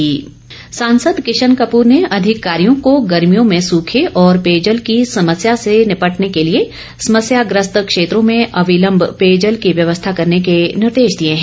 कशन कप्र सासंद किशन कपूर ने अधिकारियों को गर्मियों में सूखे और पेयजल की समस्या से निपटने के लिए समस्याग्रस्त क्षेत्रों में अविलंब पेयजल की व्यवस्था करने के निर्देश दिए हैं